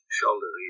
shoulder